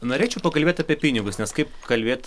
norėčiau pakalbėt apie pinigus nes kaip kalbėt